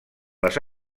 les